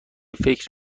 فکر